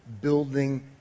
building